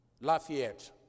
Lafayette